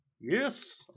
Yes